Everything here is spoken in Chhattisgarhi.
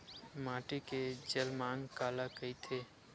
माटी के जलमांग काला कइथे?